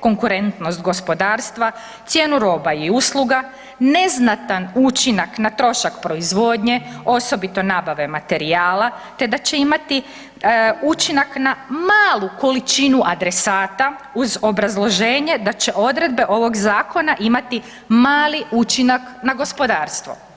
konkurentnost gospodarstva, cijenu roba i usluga, neznatan učinak na trošak proizvodnje osobito nabave materijala te da će imati učinak na malu količinu adresata uz obrazloženje da će odredbe ovog zakona imati mali učinak na gospodarstvo.